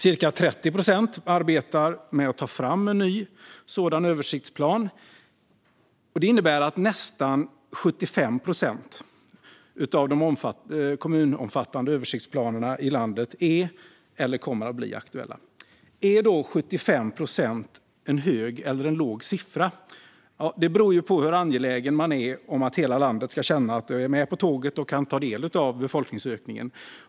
Cirka 30 procent arbetar med att ta fram en ny sådan översiktsplan. Detta innebär att nästan 75 procent av de kommunomfattande översiktsplanerna i landet är eller kommer att bli aktuella. Är 75 procent en hög eller låg siffra? Det beror på hur angelägen man är om att hela landet ska känna att det är med på tåget och kan ta del av befolkningsökningen.